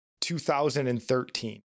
2013